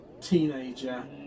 teenager